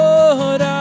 Lord